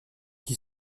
qui